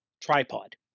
tripod